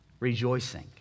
Rejoicing